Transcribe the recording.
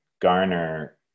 garner